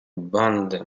bande